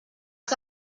que